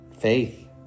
faith